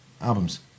albums